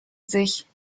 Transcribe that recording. sich